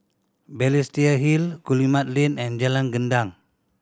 Balestier Hill Guillemard Lane and Jalan Gendang